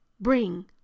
bring